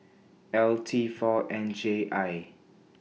L T four N J I